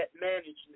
Management